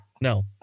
no